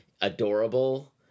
adorable